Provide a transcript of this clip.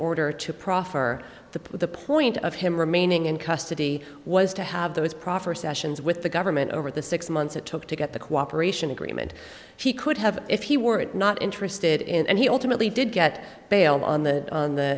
order to proffer the put the point of him remaining in custody was to have those proffer sessions with the government over the six months it took to get the cooperation agreement he could have if he were it not interested in and he ultimately did get bail on the on the